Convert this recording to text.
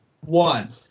One